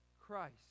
christ